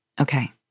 Okay